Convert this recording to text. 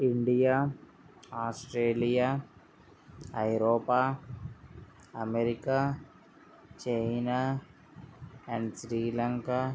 India Australia ఐరోపా America China and Sri Lanka